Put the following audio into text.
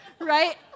Right